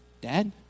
dad